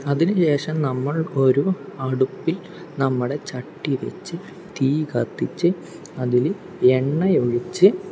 അതിനുശേഷം നമ്മൾ ഒരു അടുപ്പിൽ നമ്മുടെ ചട്ടി വെച്ച് തീ കത്തിച്ച് അതില് എണ്ണയൊഴിച്ച്